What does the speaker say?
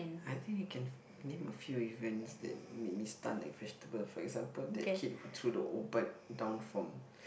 I think I can name a few events that made me stunned like vegetable for example that kid who threw the old bike down from